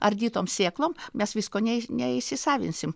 ardytom sėklom mes visko nei neįsisavinsim